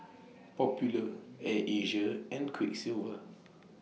Popular Air Asia and Quiksilver